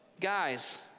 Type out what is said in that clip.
guys